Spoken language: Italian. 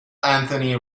anthony